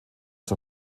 zur